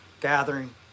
gathering